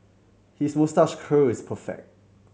his moustache curl is perfect